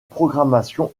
programmation